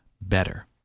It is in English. better